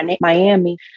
Miami